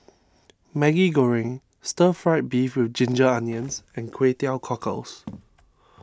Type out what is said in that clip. Maggi Goreng Stir Fried Beef with Ginger Onions and Kway Teow Cockles